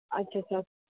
अच्छा अच्छा